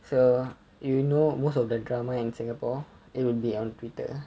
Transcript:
so you know most of the drama in singapore it would be on twitter